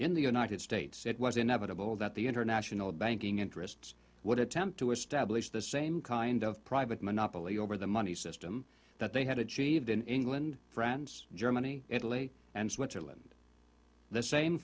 in the united states it was inevitable that the international banking interests would attempt to establish the same kind of private monopoly over the money system that they had achieved in england france germany italy and switzerland the same